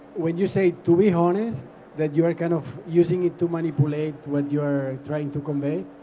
when you say to be honest, that you are kind of using it to manipulate what you are trying to convey.